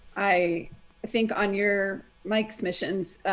i think on your mike's missions,